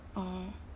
oh